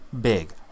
big